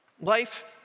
Life